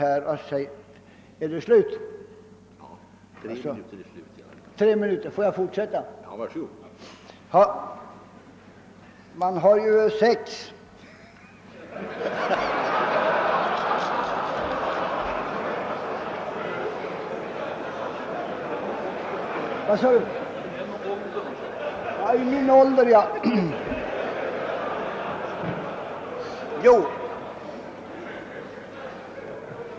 Är min repliktid slut nu? Javisst, men man har ju sex.